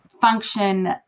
function